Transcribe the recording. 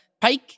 Pike